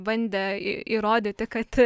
bandė į įrodyti kad